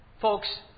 Folks